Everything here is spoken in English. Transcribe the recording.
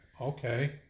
Okay